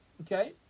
Okay